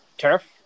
Turf